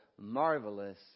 marvelous